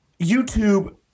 YouTube